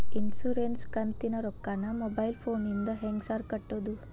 Insurance ಕಂತಿನ ರೊಕ್ಕನಾ mobile ಫೋನಿಂದ ಹೆಂಗ್ ಸಾರ್ ಕಟ್ಟದು?